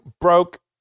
broke